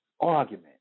argument